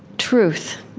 truth,